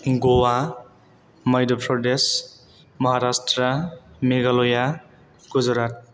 Goa Madhya Pradesh Maharashtra Meghalaya Gujarat